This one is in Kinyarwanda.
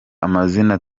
amazina